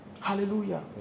Hallelujah